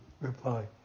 reply